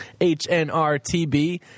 HNRTB